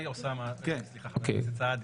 חבר הכנסת סעדי,